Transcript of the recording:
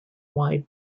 wide